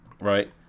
right